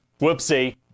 Whoopsie